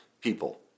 people